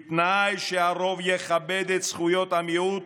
בתנאי שהרוב יכבד את זכויות המיעוט,